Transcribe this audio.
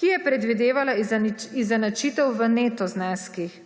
ki je predvidevala izenačitev v neto zneskih.